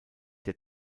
der